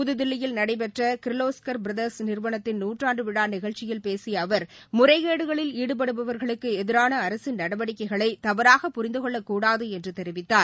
புது தில்லியில் நடைபெற்ற கிர்லோஸ்கர் பிரதர்ஸ் நிறுவனத்தின் நூற்றாண்டு விழா நிகழ்ச்சியில் பேசிய அவர் முறைகேடுகளில் ஈடுபடுபவர்களுக்கு எதிரான அரசின் நடவடிக்கைகளை தவறாக புரிந்தகொள்ள கூடாது என்று தெரிவித்தார்